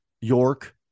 York